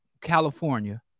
California